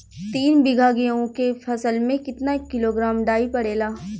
तीन बिघा गेहूँ के फसल मे कितना किलोग्राम डाई पड़ेला?